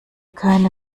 keine